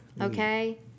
okay